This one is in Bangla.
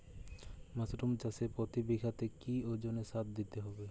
মাসরুম চাষে প্রতি বিঘাতে কি ওজনে সার দিতে হবে?